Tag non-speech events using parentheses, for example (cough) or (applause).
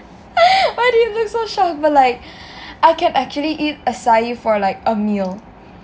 (laughs) why do you look so shocked but like I can actually eat acai for like a meal